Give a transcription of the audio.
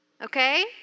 okay